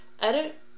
Edit